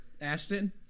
Ashton